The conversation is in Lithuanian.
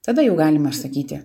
tada jau galima sakyti